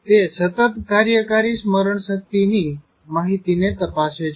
તે સતત કાર્યકારી સ્મરણ શક્તિની માહીતીને તપાસે છે